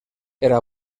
era